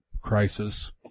crisis